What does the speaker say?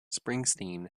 springsteen